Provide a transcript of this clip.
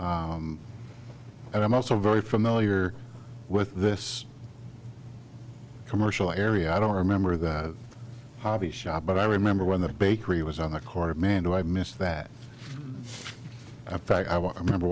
frankly and i'm also very familiar with this commercial area i don't remember that obvious shop but i remember when the bakery was on the corner man do i miss that i fact i remember